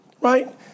right